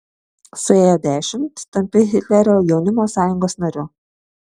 suėjo dešimt tampi hitlerio jaunimo sąjungos nariu